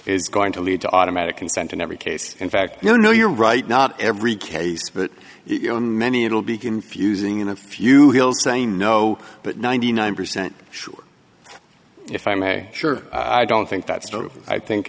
is going to lead to automatic consent in every case in fact you know you're right not every case but you know in many it'll be confusing in a few he'll say no but ninety nine percent sure if i may sure i don't think that's true i think